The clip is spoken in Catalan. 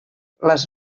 les